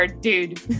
dude